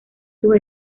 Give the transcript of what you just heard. sus